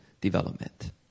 development